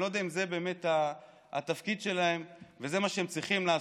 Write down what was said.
אני לא יודע אם זה באמת התפקיד שלהם וזה מה שהם צריכים לעשות.